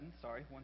sorry